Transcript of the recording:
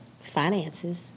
Finances